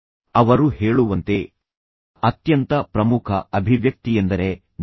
ಅವರು ಹೇಳುವಂತೆ ಅತ್ಯಂತ ಪ್ರಮುಖ ಅಭಿವ್ಯಕ್ತಿಯೆಂದರೆ ನಗು